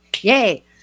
yay